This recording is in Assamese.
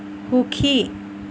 সুখী